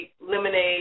lemonade